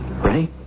Ready